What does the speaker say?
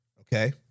Okay